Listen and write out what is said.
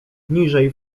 niżej